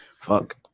Fuck